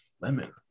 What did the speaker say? Lemon